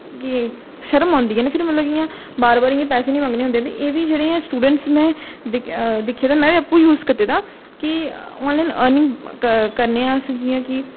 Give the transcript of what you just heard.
कि शर्म औंदी ऐ ना फिर मतलब कि इ'यां बार बार इयां पैसे नेईं मंगने होंदे ते एह् बी जेह्ड़ी स्टूडेंटस में दिक्खे दे में आपूं यूज कीते दा कि आनलाइन आर्निग करने आं अस जियां कि